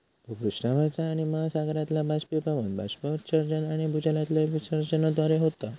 भूपृष्ठावरचा पाणि महासागरातला बाष्पीभवन, बाष्पोत्सर्जन आणि भूजलाच्या विसर्जनाद्वारे होता